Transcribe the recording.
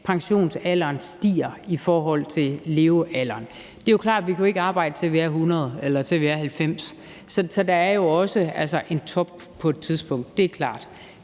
pensionsalderen stiger i forhold til levealderen. Det er jo klart, at vi ikke kan arbejde til, at vi er 90 eller 100 år, så der er jo altså også en top på et tidspunkt – det er klart.